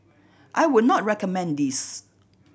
I would not recommend this